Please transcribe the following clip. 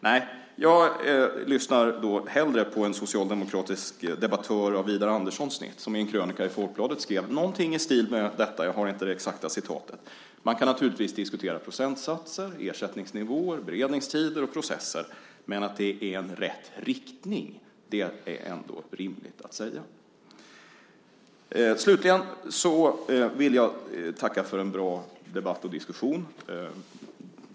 Nej, jag lyssnar hellre på en socialdemokratisk debattör av Widar Anderssons snitt, som i en krönika i Folkbladet skrev någonting i stil med detta - jag har inte det exakta citatet: Man kan naturligtvis diskutera procentsatser, ersättningsnivåer, beredningstider och processer, men att det är rätt riktning är ändå rimligt att säga. Slutligen vill jag tacka för en bra debatt och diskussion.